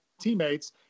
teammates